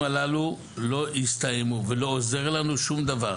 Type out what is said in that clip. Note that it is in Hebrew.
הללו לא הסתיימו ולא עוזר לנו שום דבר,